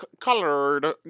Colored